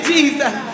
Jesus